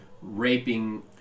raping